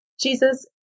Jesus